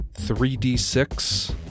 3d6